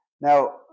Now